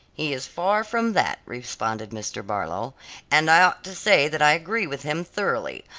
he is far from that, responded mr. barlow and i ought to say that i agree with him thoroughly.